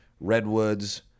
redwoods